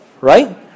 right